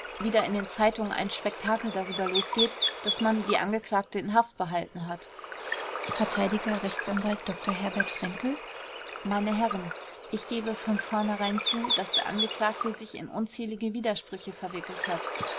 wieder in den zeitungen ein spektakel darüber losgeht daß man die angeklagte in haft behalten halten hat verteidiger rechtsanwalt dr herbert fränkel m h ich gebe von vornherein zu daß der angeklagte sich in unzählige widersprüche verwickelt hat